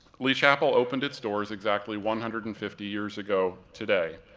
lee chapel opened its doors exactly one hundred and fifty years ago today,